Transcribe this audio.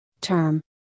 term